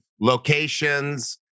locations